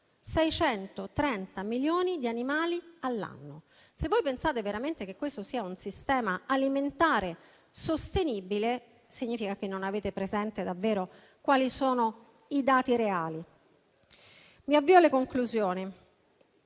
630 milioni di animali. Se voi pensate veramente che questo sia un sistema alimentare sostenibile significa che non avete presente davvero quali sono i dati reali. Mi avvio alle conclusioni.